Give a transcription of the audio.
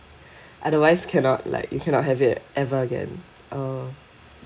otherwise cannot like you cannot have it ever again oh